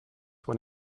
when